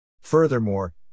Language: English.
Furthermore